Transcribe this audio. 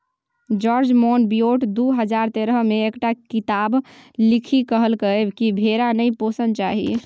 George Monbiot दु हजार तेरह मे एकटा किताप लिखि कहलकै कि भेड़ा नहि पोसना चाही